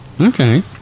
Okay